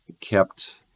kept